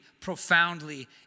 profoundly